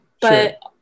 but-